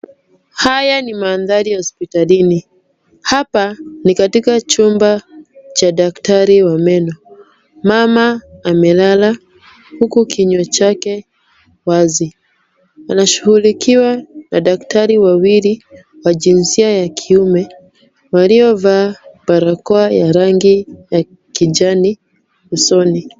Haya ni mandhari ya hospitalini. Hapa ni katika chumba cha daktari wa meno. Mama amelala huku kinywa chake wazi. Anashughulikiwa na daktari wawili wa jinsia ya kiume, waliovaa barakoa ya rangi ya kijani usoni.